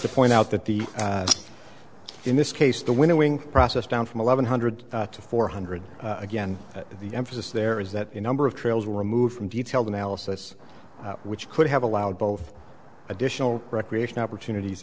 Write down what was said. to point out that the in this case the winnowing process down from eleven hundred to four hundred again the emphasis there is that a number of trails were removed from detailed analysis which could have allowed both additional recreation opportunities